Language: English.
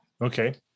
Okay